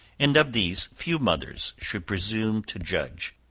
and of these, few mothers should presume to judge.